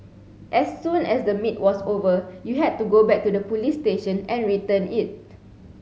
as soon as the meet was over you had to go back to the police station and return it